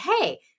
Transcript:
hey